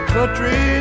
Country